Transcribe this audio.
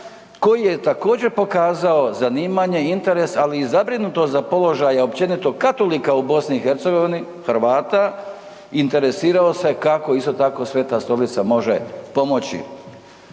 koji je također pokazao zanimanje, interes ali i zabrinutost za položaj općenito katolika u BiH, Hrvata, interesirao se kako isto tako Sveta stolica može pomoći.